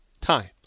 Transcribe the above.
time